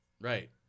Right